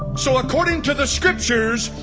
so according to the scriptures,